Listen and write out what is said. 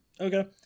okay